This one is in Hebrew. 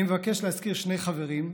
אני מבקש להזכיר שני חברים,